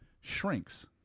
shrinks